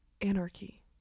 anarchy